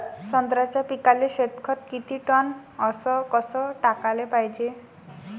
संत्र्याच्या पिकाले शेनखत किती टन अस कस टाकाले पायजे?